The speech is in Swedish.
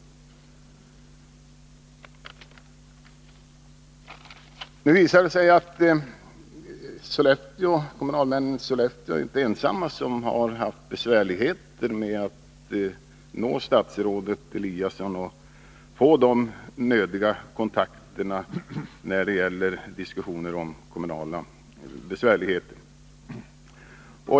Det har visat sig att kommunalmännen i Sollefteå inte är ensamma om att ha haft svårigheter att nå statsrådet Eliasson och få de nödvändiga kontakterna när det gäller diskussioner om kommunala problem.